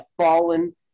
fallen